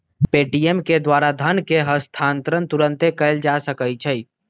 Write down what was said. Paytm के द्वारा धन के हस्तांतरण तुरन्ते कएल जा सकैछइ